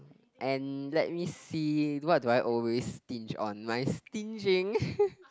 and let me see what do I always stinge on my stinging